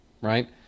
right